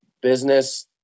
business